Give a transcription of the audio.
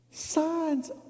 Signs